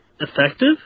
effective